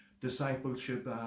discipleship